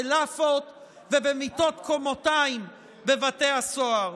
בלאפות ובמיטות קומתיים בבתי הסוהר.